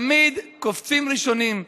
תמיד קופצים ראשונים,